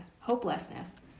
hopelessness